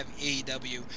AEW